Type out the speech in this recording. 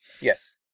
Yes